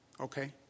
okay